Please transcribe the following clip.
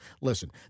Listen